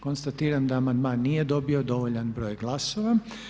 Konstatiram da amandman nije dobio dovoljan broj glasova.